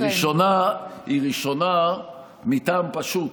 היא ראשונה מטעם פשוט,